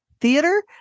Theater